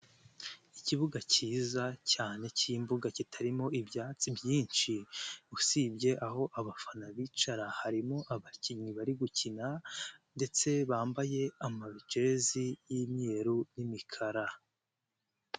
Ikibuga cyiza cyane cy'imbuga kitarimo ibyatsi byinshi usibye aho abafana bicara, harimo abakinnyi bari gukina, ndetse bambaye amajezi y'imyeru n'imikara.